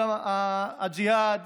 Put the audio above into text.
הג'יהאד